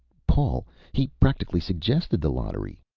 paul, he practically suggested the lottery!